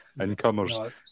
incomers